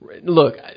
Look